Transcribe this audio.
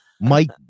mike